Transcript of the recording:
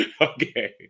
Okay